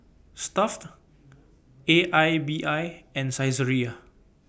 Stuff'd A I B I and Saizeriya